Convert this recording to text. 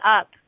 up